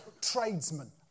tradesmen